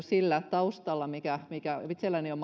sillä taustalla mikä mikä mahdollisuus itselläni on